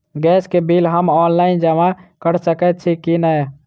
Gas केँ bill हम online जमा कऽ सकैत छी की नै?